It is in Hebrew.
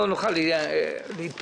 שאם אין חקיקה ואנחנו לא יכולים על ידי חוק,